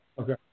Okay